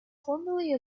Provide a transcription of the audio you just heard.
formerly